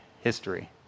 history